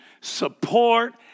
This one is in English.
support